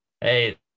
Hey